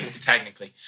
technically